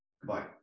Goodbye